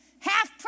Half